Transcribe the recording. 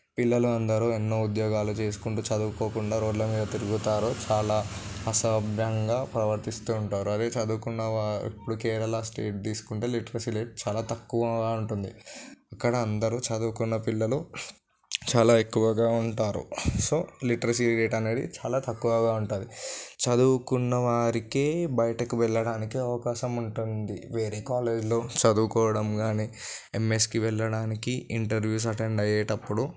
పిల్లలందరూ ఎన్నో ఉద్యోగాలు చేసుకుంటూ చదువుకోకుండా రోడ్ల మీద ప్ తిరుగుతారో చాలా అసభ్యంగా ప్రవర్తిస్తూ ఉంటారు అదే చదువుకున్న ఇప్పుడు కేరళ స్టేట్ తీసుకుంటే లిటరసీ రేట్ చాలా తక్కువగా ఉంటుంది ఇక్కడ అందరూ చదువుకున్న పిల్లలు చాలా ఎక్కువగా ఉంటారు సో లిటరసీ రేట్ అనేది చాలా తక్కువగా ఉంటుంది చదువుకున్న వారికి బయటకు వెళ్ళడానికి అవకాశం ఉంటుంది వేరే కాలేజీలో చదువుకోవడం కానీ ఎంఎస్కి వెళ్ళడానికి ఇంటర్వ్యూస్ అటెండ్ అయ్యేటప్పుడు